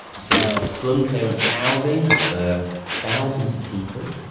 so this was slum clearance housing for thousands of people,